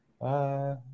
Bye